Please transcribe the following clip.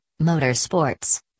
motorsports